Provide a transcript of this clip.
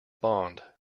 bond